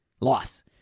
Loss